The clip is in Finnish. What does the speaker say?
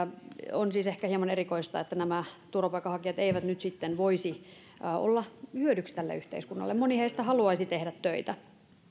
on siis ehkä hieman erikoista että nämä turvapaikanhakijat eivät nyt sitten voisi olla hyödyksi tälle yhteiskunnalle moni heistä haluaisi tehdä töitä